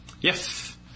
Yes